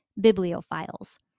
Bibliophiles